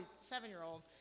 seven-year-old